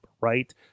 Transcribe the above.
right